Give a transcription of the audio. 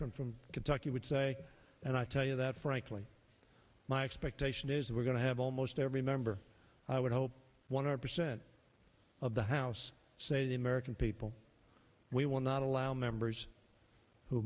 congressman from kentucky would say and i tell you that frankly my expectation is that we're going to have almost every member i would hope one hundred percent of the house say the american people we will not allow members who